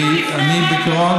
בעיקרון,